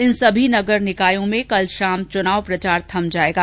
इन सभी नगर निकायों में कल शाम चनाव प्रचार थम जायेगा